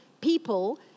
people